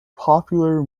popular